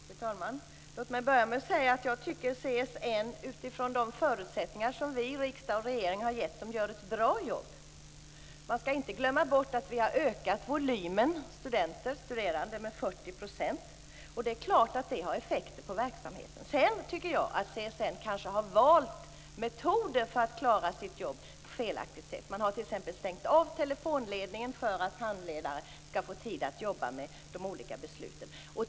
Fru talman! Låt mig börja med att säga att jag tycker att personalen på CSN gör ett bra jobb utifrån de förutsättningar som vi, riksdag och regering, har gett dem. Man skall inte glömma bort att vi har ökat volymen studerande med 40 %. Det är klart att det har effekter på verksamheten. Sedan tycker jag att CSN kanske har valt metoder för att klara sitt jobb på ett felaktigt sätt. De har t.ex. stängt av telefonledningen för att handläggarna skall få tid att jobba med de olika besluten.